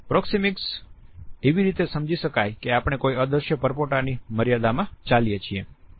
proxemics એવી રીતે સમજી શકાય છે કે આપણે કોઈ અદૃશ્ય પરપોટાની મર્યાદામાં ચાલીએ છીએ